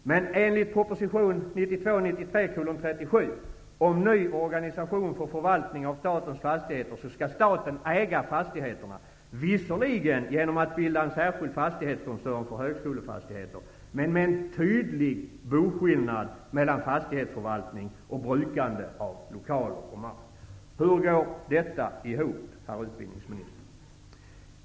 Men enligt proposition 1992/93:37 om ny organisation för förvaltning av statens fastigheter skall staten äga fastigheterna, visserligen genom att bilda en särskild fastighetskoncern för högskolefastigheter men med en tydlig boskillnad mellan fastighetsförvaltning och brukande av lokaler och mark. Hur går detta ihop, herr utbildningsminister?